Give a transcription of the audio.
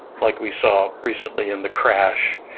like we saw recently in the crash.